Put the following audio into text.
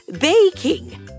baking